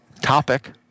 topic